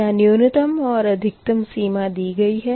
यहाँ न्यूनतम और अधिकतम सीमा दी गई है